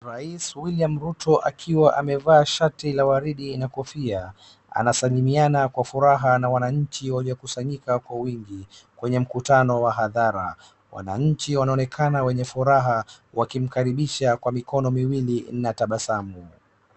Rais Wiliam Ruto akiwa amevaa shati la waridi na kofia anasalimiana kwa furaha na wananchi waliokusanyika kwa wingi kwenye mkutano wa hadhara, wananchi wanaonekana wenye furaha wakimkaribisha kwa mikono miwili na tabasamu.